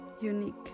unique